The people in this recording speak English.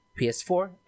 PS4